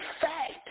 fact